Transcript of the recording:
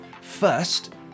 First